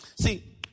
See